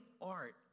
art